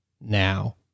now